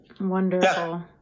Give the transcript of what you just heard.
Wonderful